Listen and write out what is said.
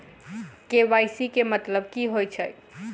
KYC केँ मतलब की होइ छै?